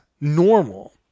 normal